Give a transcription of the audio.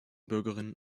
bürgerinnen